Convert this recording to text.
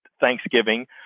Thanksgiving